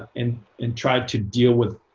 and and tried to deal with